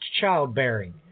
childbearing